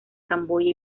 camboya